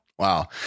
Wow